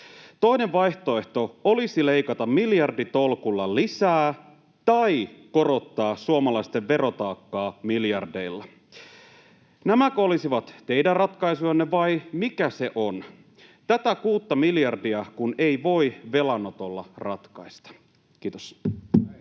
Toinen vaihtoehto olisi leikata miljarditolkulla lisää tai korottaa suomalaisten verotaakkaa miljardeilla. Nämäkö olisivat teidän ratkaisujanne, vai mikä se on? Tätä 6:ta miljardia kun ei voi velanotolla ratkaista. — Kiitos.